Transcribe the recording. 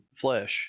flesh